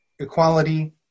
equality